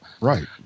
Right